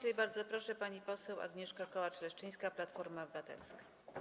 I bardzo proszę, pani poseł Agnieszka Kołacz-Leszczyńska, Platforma Obywatelska.